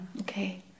Okay